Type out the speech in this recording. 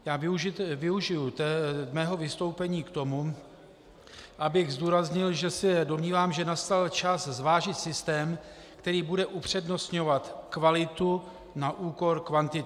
Já využiji svého vystoupení k tomu, abych zdůraznil, že se domnívám, že nastal čas zvážit systém, který bude upřednostňovat kvalitu na úkor kvantity.